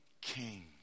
king